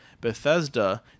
Bethesda